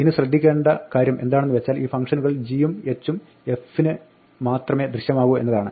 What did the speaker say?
ഇവിടെ ശ്രദ്ധിക്കേണ്ട കാര്യം എന്താണെന്ന് വെച്ചാൽ ഈ ഫംഗ്ഷനുകൾ g ഉം h ഉം f ന് മാത്രമേ ദൃശ്യമാകൂ എന്നതാണ്